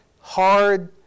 hard